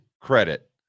credit